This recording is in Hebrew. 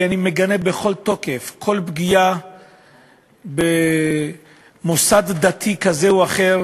ואני מגנה בכל תוקף כל פגיעה במוסד דתי כזה או אחר